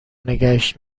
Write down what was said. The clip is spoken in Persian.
نگهش